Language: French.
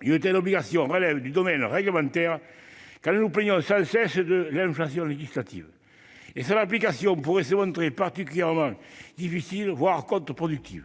une telle obligation relèverait du domaine réglementaire quand nous nous plaignons sans cesse de l'inflation législative. En outre, son application pourrait se montrer particulièrement difficile, voire contre-productive.